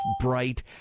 bright